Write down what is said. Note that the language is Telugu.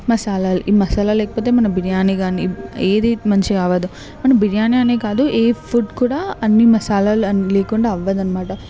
మసాలాలు ఈ మసాలా లేకపోతే మన బిర్యానీ కానీ ఏదైన కానీ మంచిగా అవ్వదు మన బిర్యానీ అనే కాదు ఏ ఫుడ్ కూడా అన్ని మసాలాలు లేకుండా అవ్వదనమాట